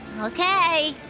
Okay